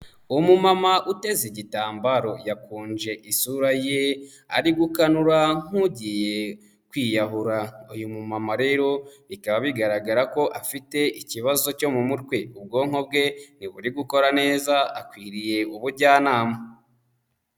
Umumama uteze igitambaro yakunje isura ye, ari bukanura nk'ugiye kwiyahura. Uyu mumama rero bikaba bigaragara ko afite ikibazo cyo mu mutwe, ubwonko bwe ntiburi gukora neza akwiriye ubujyanama.